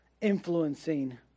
influencing